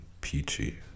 peachy